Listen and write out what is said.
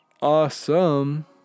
awesome